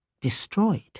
destroyed